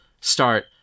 start